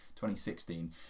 2016